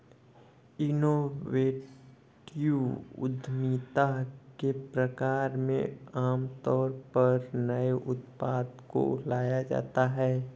innovative उद्यमिता के प्रकार में आमतौर पर नए उत्पाद को लाया जाता है